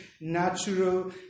natural